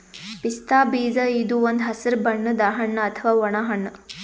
ಪಿಸ್ತಾ ಬೀಜ ಇದು ಒಂದ್ ಹಸ್ರ್ ಬಣ್ಣದ್ ಹಣ್ಣ್ ಅಥವಾ ಒಣ ಹಣ್ಣ್